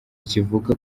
kivuga